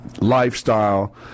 Lifestyle